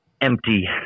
empty